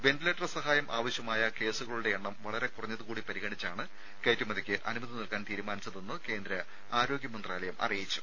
ventilator സഹായം ആവശ്യമായ കേസുകളുടെ എണ്ണം വളരെ കുറഞ്ഞതുകൂടി പരിഗണിച്ചാണ് കയറ്റുമതിക്ക് അനുമതി നൽകാൻ തീരുമാനിച്ചതെന്ന് കേന്ദ്ര ആരോഗ്യ മന്ത്രാലയം അറിയിച്ചു